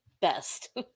best